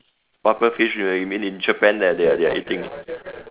puffer fish you mean in Japan that they they are eating ah